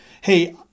hey